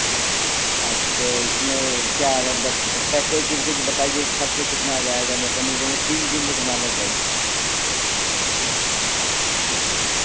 اچھا اس میں کیا مطلب پیکیج وکیج بتائیے خرچہ کتنا آ جائے گا مطلب ہم لوگوں کو تین دن رکنا لگ بھگ